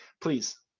Please